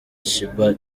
sheebah